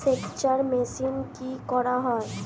সেকচার মেশিন কি করা হয়?